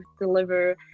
deliver